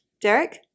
Derek